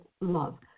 love